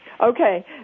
Okay